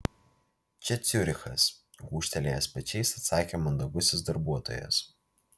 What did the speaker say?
čia ciurichas gūžtelėjęs pečiais atsakė mandagusis darbuotojas